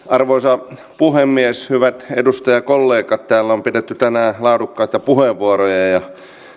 arvoisa puhemies hyvät edustajakollegat täällä on pidetty tänään laadukkaita puheenvuoroja ja